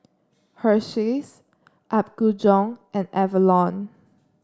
Hersheys Apgujeong and Avalon